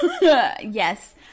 Yes